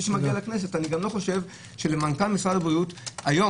אני לא חושב שלמנכ"ל משרד הבריאות היום,